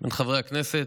חברי הכנסת,